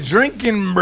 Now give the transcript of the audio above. Drinking